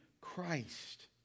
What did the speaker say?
Christ